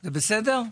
זה בסדר?